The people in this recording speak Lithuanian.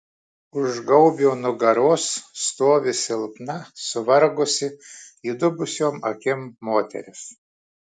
už gaubio nugaros stovi silpna suvargusi įdubusiom akim moteris